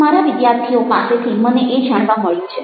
મારા વિદ્યાર્થીઓ પાસેથી મને આ જાણવા મળ્યું છે